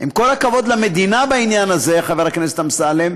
עם כל הכבוד למדינה הזאת, חבר הכנסת אמסלם,